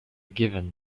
given